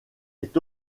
est